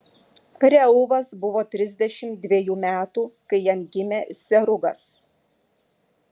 reuvas buvo trisdešimt dvejų metų kai jam gimė serugas